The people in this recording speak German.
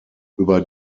über